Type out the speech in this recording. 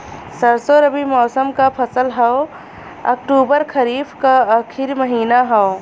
सरसो रबी मौसम क फसल हव अक्टूबर खरीफ क आखिर महीना हव